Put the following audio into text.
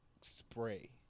spray